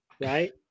right